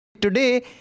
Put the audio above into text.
Today